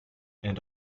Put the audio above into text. and